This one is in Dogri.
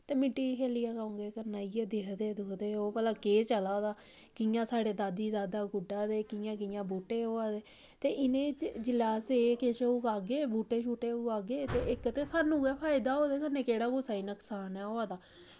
ते मिट्टी च खेल्लियै क'ऊं किश करना ऐ इ'यै दिखदे दुखदे ओह् भला केह् चला दा कि'यां साढ़े दादी दादा गुड्डा दे कि'यां कि'यां बूह्टे होआ दे ते इ'नें च जेल्लै अस एह् किश उगागे बूह्टे शूह्टे उगागे ते इक ते सानूं गै फायदा ओह्दे कन्नै केह्ड़ा कुसै गी नुकसान ऐ होआ दा